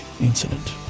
incident